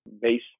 base